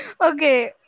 Okay